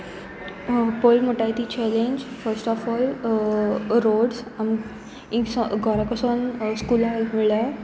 पयलें म्हणुटाय ती challenge first of all roads घरा कडसोन स्कुला म्हणल्यार